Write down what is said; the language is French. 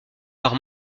par